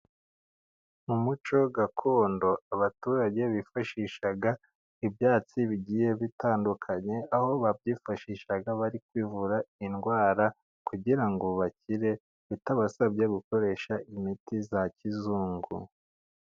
Mu muco gakondo abaturage bifashishaga ibyatsi bigiye bitandukanye, aho babyifashisha bari kwivura indwara kugira ngo bakire bitabasabye gukoresha imiti ya kizungu.